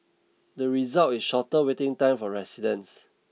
the result is shorter waiting time for residents